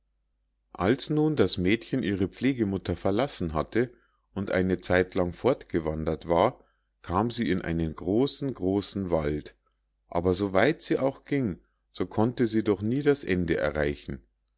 als nun das mädchen ihre pflegemutter verlassen hatte und eine zeitlang fortgewandert war kam sie in einen großen großen wald aber so weit sie auch ging so konnte sie doch nie das ende erreichen